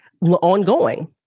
ongoing